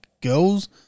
girls